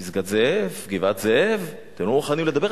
פסגת-זאב, גבעת-זאב, אתם לא מוכנים לדבר?